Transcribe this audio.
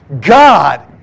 God